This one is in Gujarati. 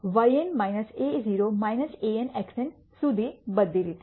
yn a₀ an xn સુધી બધી રીતે